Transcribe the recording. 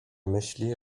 myśli